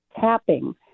tapping